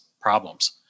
problems